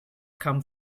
come